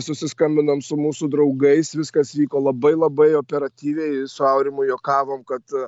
susiskambinom su mūsų draugais viskas vyko labai labai operatyviai su aurimu juokavom kad